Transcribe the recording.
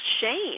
shame